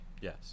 Yes